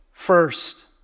First